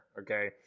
okay